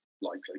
likely